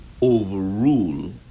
overrule